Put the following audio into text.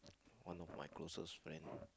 one of my closest friend